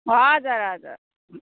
हजुर हजुर